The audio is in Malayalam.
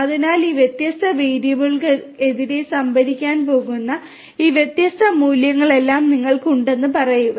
അതിനാൽ ഈ വ്യത്യസ്ത വേരിയബിളുകൾക്കെതിരെ സംഭരിക്കാൻ പോകുന്ന ഈ വ്യത്യസ്ത മൂല്യങ്ങളെല്ലാം നിങ്ങൾക്ക് ഉണ്ടെന്ന് പറയുക